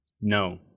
no